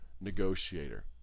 negotiator